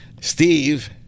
Steve